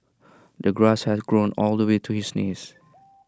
the grass had grown all the way to his knees